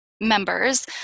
members